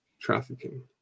trafficking